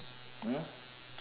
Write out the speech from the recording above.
!huh!